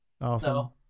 Awesome